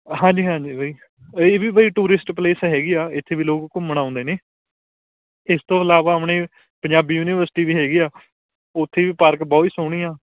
ਹਾਂਜੀ ਹਾਂਜੀ ਬਈ ਇਹ ਵੀ ਬਾਈ ਟੂਰਿਸਟ ਪਲੇਸ ਹੈਗੀ ਆ ਇੱਥੇ ਵੀ ਲੋਕ ਘੁੰਮਣ ਆਉਂਦੇ ਨੇ ਇਸ ਤੋਂ ਇਲਾਵਾ ਆਪਣੇ ਪੰਜਾਬੀ ਯੂਨੀਵਰਸਿਟੀ ਵੀ ਹੈਗੀ ਆ ਉਥੇ ਵੀ ਪਾਰਕ ਬਹੁਤ ਸੋਹਣੀ ਆ